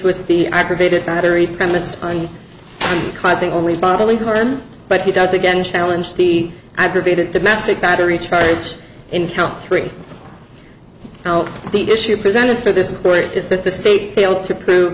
the aggravated battery premised on causing only bodily harm but he does again challenge the aggravated domestic battery charge in count three now the issue presented for this jury is that the state failed to prove